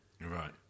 Right